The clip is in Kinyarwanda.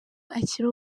akiri